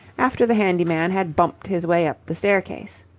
after the handyman had bumped his way up the staircase.